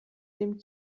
dem